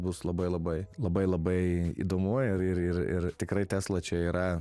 bus labai labai labai labai įdomu ir ir ir ir tikrai tesla čia yra